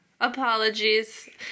Apologies